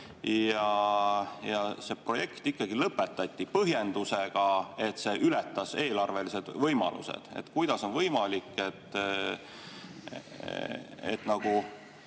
aga see projekt ikkagi lõpetati põhjendusega, et see ületas eelarvelised võimalused? Kuidas on võimalik, et